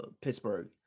Pittsburgh